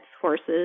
horses